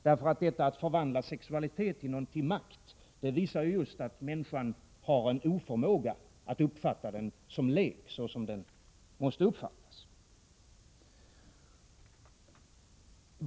Detta att förvandla sexualitet till makt är något som visar just att människan har en oförmåga att uppfatta sexualiteten som lek, såsom den måste uppfattas.